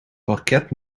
parket